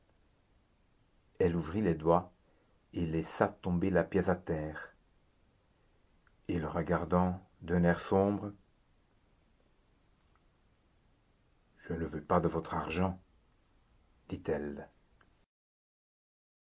elle ouvrit les doigts et laissa tomber la pièce à terre et le regardant d'un air sombre je ne veux pas de votre argent dit-elle